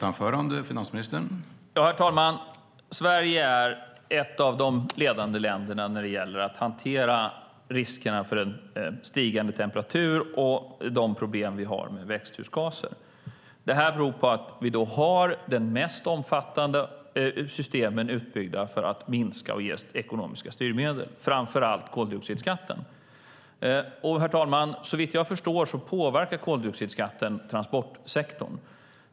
Herr talman! Sverige är ett av de ledande länderna när det gäller att hantera riskerna för en stigande temperatur och de problem vi har med växthusgaser. Detta beror på att vi har de mest omfattande systemen utbyggda för att minska och ge ekonomiska styrmedel. Det gäller framför allt koldioxidskatten. Såvitt jag förstår, herr talman, påverkar koldioxidskatten transportsektorn.